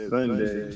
Sunday